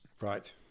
right